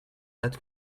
dates